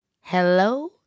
hello